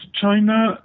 China